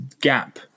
gap